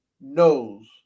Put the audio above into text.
knows